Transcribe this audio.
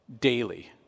daily